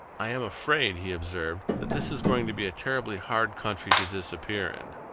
i am afraid, he observed, that this is going to be a terribly hard country to disappear in.